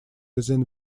within